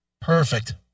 Perfect